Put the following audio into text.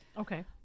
Okay